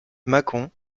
mâcon